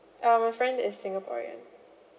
uh my friend is singaporean